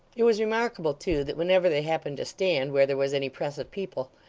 it was remarkable, too, that whenever they happened to stand where there was any press of people,